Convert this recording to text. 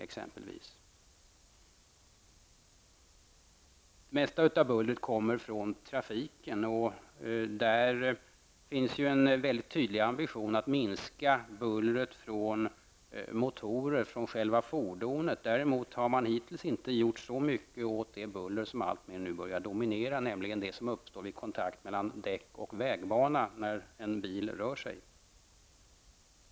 Det mesta av bullret kommer från trafiken. Där finns en mycket tydlig ambition att minska bullret från motorer, från själva fordonet. Däremot har man hittills inte gjort så mycket åt det buller som nu alltmer börjar dominera, nämligen det som uppstår vid kontakt mellan däck och vägbana när en bil rör sig.